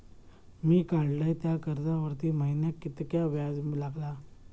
मी काडलय त्या कर्जावरती महिन्याक कीतक्या व्याज लागला?